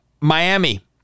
miami